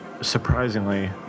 surprisingly